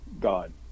God